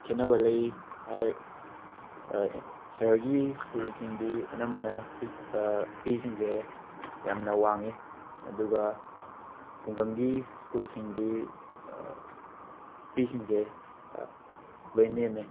ꯈꯦꯠꯅꯕ ꯂꯩ ꯍꯥꯏ ꯁꯍꯔꯒꯤ ꯁ꯭ꯀꯨꯜꯁꯤꯡꯗꯤ ꯑꯅꯝꯕꯅ ꯐꯤ ꯐꯤꯁꯤꯡꯖꯦ ꯌꯥꯝꯅ ꯋꯥꯡꯉꯤ ꯑꯗꯨꯒ ꯈꯨꯡꯒꯪꯒꯤ ꯁ꯭ꯀꯨꯜꯁꯤꯡꯗꯤ ꯐꯤꯁꯤꯡꯖꯦ ꯂꯣꯏ ꯅꯦꯝꯃꯦ